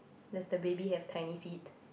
does the baby have tiny feet